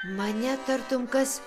mane tartum kas